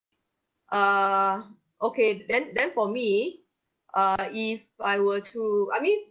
err okay then then for me err if I were to I mean